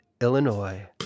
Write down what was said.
Illinois